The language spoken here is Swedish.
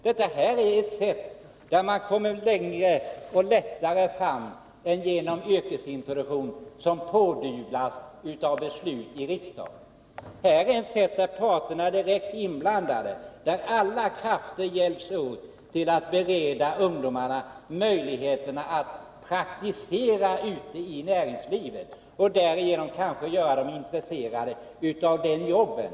Det är ett sätt att komma lättare fram och nå längre än genom yrkesintroduktion, som man blir pådyvlad genom beslut i riksdagen. När det gäller ungdomsplatser är parterna direkt inblandade, och alla krafter hjälps åt att bereda ungdomar möjlighet att praktisera ute i näringslivet och därigenom kanske göra dem intresserade av de jobben.